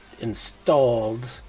installed